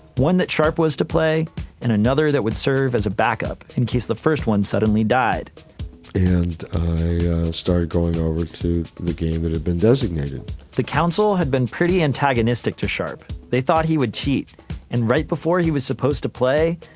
one that sharpe was to play and another that would serve as a backup in case the first one suddenly died and i started going over to the game that had been designated the council had been pretty antagonistic to sharpe. they thought he would cheat and right before he was supposed to play,